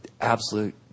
absolute